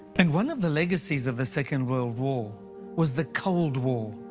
and one of the legacies of the second world war was the cold war.